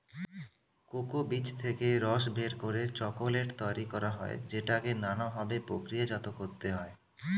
cocoa বীজ থেকে রস বের করে চকোলেট তৈরি করা হয় যেটাকে নানা ভাবে প্রক্রিয়াজাত করতে হয়